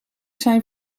zijn